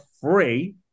free